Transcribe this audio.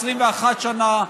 21 שנה,